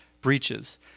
breaches